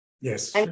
Yes